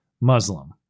Muslim